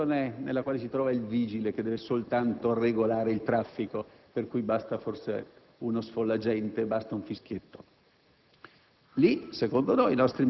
la situazione nella quale si trova il vigile, che deve soltanto regolare il traffico, per cui basta forse uno sfollagente o un fischietto.